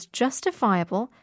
justifiable